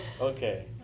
Okay